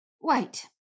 Wait